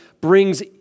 brings